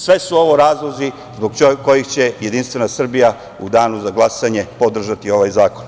Sve su ovo razlozi zbog kojih će Jedinstvena Srbija u danu za glasanje podržati ovaj zakon.